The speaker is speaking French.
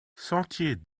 sentier